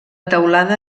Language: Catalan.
teulada